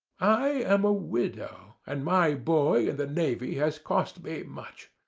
i am a widow, and my boy in the navy has cost me much.